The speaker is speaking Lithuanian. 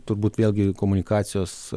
turbūt vėlgi komunikacijos